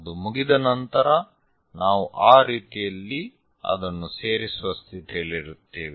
ಅದು ಮುಗಿದ ನಂತರ ನಾವು ಆ ರೀತಿಯಲ್ಲಿ ಅದನ್ನು ಸೇರಿಸುವ ಸ್ಥಿತಿಯಲ್ಲಿರುತ್ತೇವೆ